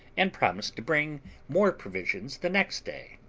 and promised to bring more provisions the next day.